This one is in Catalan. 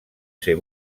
ser